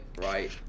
right